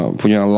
punya